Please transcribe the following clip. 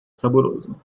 saboroso